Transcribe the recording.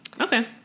Okay